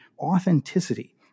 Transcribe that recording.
authenticity